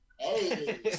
Hey